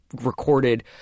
recorded